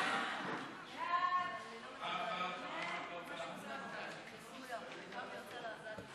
חוק חדלות פירעון ושיקום כלכלי,